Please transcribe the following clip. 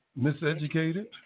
miseducated